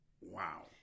Wow